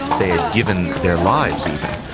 they had given their lives even,